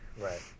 Right